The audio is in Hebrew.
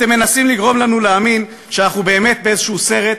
אתם מנסים לגרום לנו להאמין שאנחנו באמת באיזה סרט.